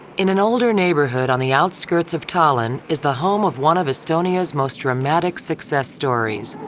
in an older neighborhood on the outskirts of tallinn is the home of one of estonia's most dramatic success stories.